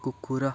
କୁକୁର